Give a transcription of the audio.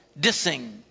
dissing